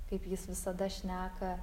kaip jis visada šneka